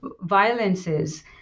violences